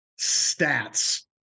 stats